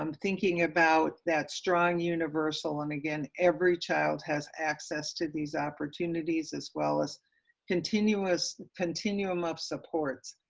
um thinking about that strong, universal, and again every child has access to these opportunities as well as continuous continuum of supports.